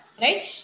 Right